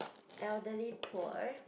elderly poor